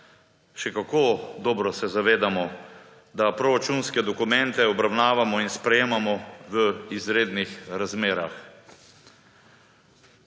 še kako dobro se zavedamo, da proračunske dokumente obravnavamo in sprejemamo v izrednih razmerah.